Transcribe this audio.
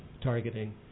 targeting